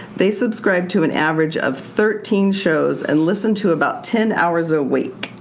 they subscribed to an average of thirteen shows and listened to about ten hours a week.